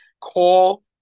call